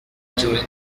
during